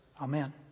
amen